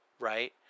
Right